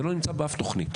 זה לא נמצא באף תוכנית.